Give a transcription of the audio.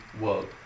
world